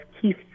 Keith